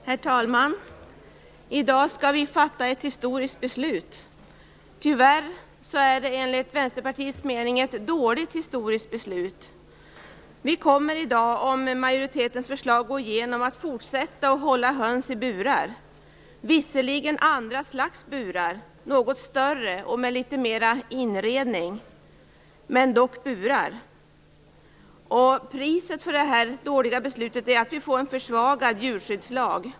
Herr talman! I dag skall vi fatta ett historiskt beslut. Tyvärr är det enligt Vänsterpartiets mening ett dåligt historiskt beslut. Vi kommer i dag, om majoritetens förslag går igenom, att bestämma oss för att fortsätta att hålla höns i burar. Det är visserligen andra slags burar - något större och med litet mer inredning - men dock burar. Priset för detta dåliga beslut är en försvagad djurskyddslag.